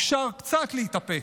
אפשר קצת להתאפק.